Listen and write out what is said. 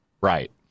Right